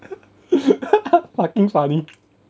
fucking funny